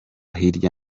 hirya